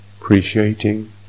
appreciating